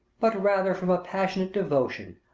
but rather from a passionate devotion,